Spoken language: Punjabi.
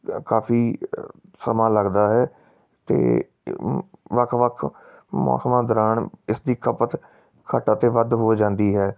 ਕਾਫੀ ਸਮਾਂ ਲੱਗਦਾ ਹੈ ਅਤੇ ਵੱਖ ਵੱਖ ਮੌਸਮਾਂ ਦੌਰਾਨ ਇਸ ਦੀ ਖਪਤ ਘੱਟ ਅਤੇ ਵੱਧ ਹੋ ਜਾਂਦੀ ਹੈ